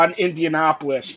Indianapolis